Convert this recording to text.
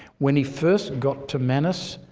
when he first got to manus,